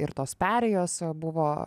ir tos perėjos buvo